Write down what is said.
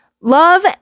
Love